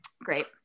Great